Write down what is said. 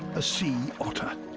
a sea otter.